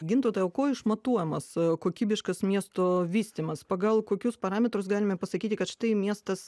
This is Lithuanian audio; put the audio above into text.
gintautai o kuo išmatuojamas kokybiškas miesto vystymas pagal kokius parametrus galime pasakyti kad štai miestas